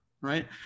right